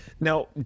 Now